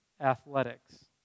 athletics